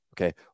Okay